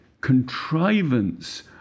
contrivance